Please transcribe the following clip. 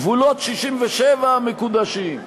גבולות 67' המקודשים.